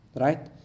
Right